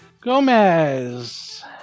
Gomez